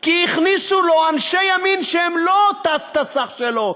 כי הכניסו לו אנשי ימין שהם לא ת"ס-תס"ח שלו,